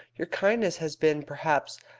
your kindness has been, perhaps,